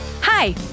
Hi